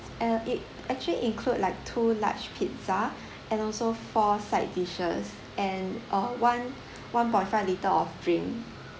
uh it actually include like two large pizza and also four side dishes and uh one one point five litre of drink